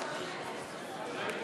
נתקבל.